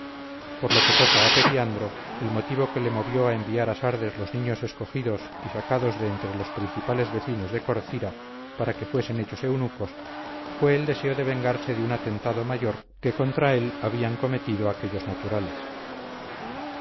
por lo que toca a periandro el motivo que le movió a enviar a sardes los niños escogidos y sacados de entre los principales vecinos de corcira para que fuesen hechos eunucos fue el deseo de vengarse de un atentado mayor que contra él habían cometido aquellos naturales